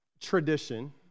tradition